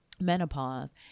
menopause